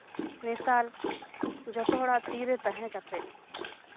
ᱱᱮᱛᱟᱨ ᱡᱚᱛᱚ ᱦᱚᱲᱟᱜ ᱛᱤᱨᱮ ᱛᱟᱸᱦᱮ ᱠᱟᱛᱮᱫ